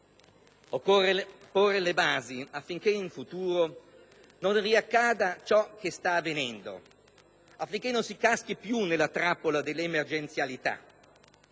occorre porre le basi affinché in futuro non riaccada ciò che sta avvenendo, affinché non si cada più nella trappola dell'emergenzialità.